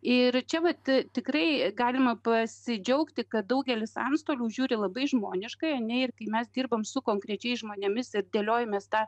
ir čia vat tikrai galima pasidžiaugti kad daugelis antstolių žiūri labai žmoniškai ar ne ir kai mes dirbame su konkrečiais žmonėmis ir dėliojamės tą